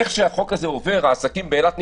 איך שהצעת החוק הזאת עוברת, העסקים באילת נפתחים,